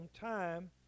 time